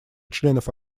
членов